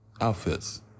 outfits